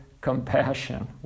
compassion